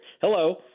Hello